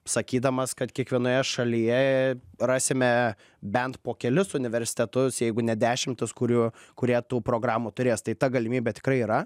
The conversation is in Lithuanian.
sakydamas kad kiekvienoje šalyje rasime bent po kelis universitetus jeigu ne dešimtis kurių kurie tų programų turės tai ta galimybė tikrai yra